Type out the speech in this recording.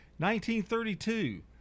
1932